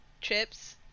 chips